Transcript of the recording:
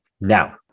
Now